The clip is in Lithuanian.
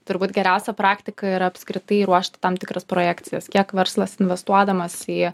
turbūt geriausia praktika ir apskritai ruošti tam tikras projekcijas kiek verslas investuodamas į